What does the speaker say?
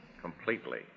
Completely